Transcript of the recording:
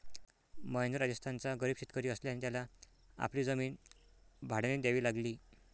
महेंद्र राजस्थानचा गरीब शेतकरी असल्याने त्याला आपली जमीन भाड्याने द्यावी लागली